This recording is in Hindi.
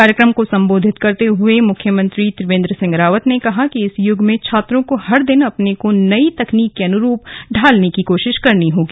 कार्यक्रम को संबोधित करते हुए मुख्यमंत्री त्रिवेन्द्र सिंह रावत ने कहा कि इस युग में छात्रों को हर दिन अपने को नई तकनीक के अनुरूप ढालने की कोशिश करनी होगी